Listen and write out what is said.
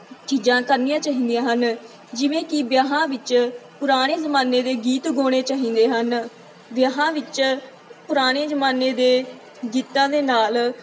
ਚੀਜ਼ਾਂ ਕਰਨੀਆਂ ਚਾਹੀਦੀਆਂ ਹਨ ਜਿਵੇਂ ਕਿ ਵਿਆਹਾਂ ਵਿੱਚ ਪੁਰਾਣੇ ਜ਼ਮਾਨੇ ਦੇ ਗੀਤ ਗਾਉਣੇ ਚਾਹੀਦੇ ਹਨ ਵਿਆਹਾਂ ਵਿੱਚ ਪੁਰਾਣੇ ਜ਼ਮਾਨੇ ਦੇ ਗੀਤਾਂ ਦੇ ਨਾਲ